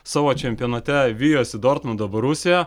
savo čempionate vijosi dortmundo borusiją